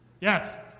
Yes